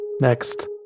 Next